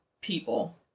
people